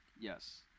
yes